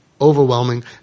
Overwhelming